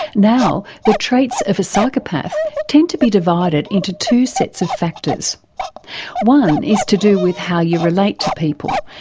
now the traits of a psychopath tend to be divided into two sets of factors, and one is to do with how you relate to people,